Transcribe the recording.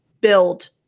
build